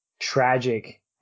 tragic